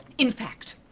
in fact,